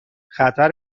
خطر